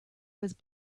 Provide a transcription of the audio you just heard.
was